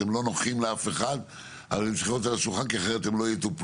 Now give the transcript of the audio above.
הם לא נוחים לאף אחד אבל הם צריכים להיות על השולחן אחרת הם לא יטופלו.